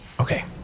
Okay